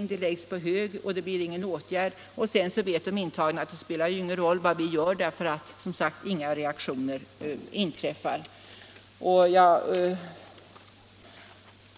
Ärendena läggs på hög, och det blir ingen åtgärd. Dessutom vet de intagna att det inte spelar någon roll vad de gör, eftersom inga åtgärder vidtas. Jag